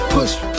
Push